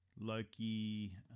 Loki